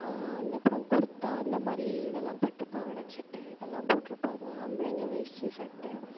அந்த அப்புறம் குர்த்தா அந்த மாதிரி இதெல்லாம் பட்டு பாவாடை சட்டை இதெல்லாம் போட்டிருப்பாங்க ஆம்பளைங்க வேஷ்டி சட்டை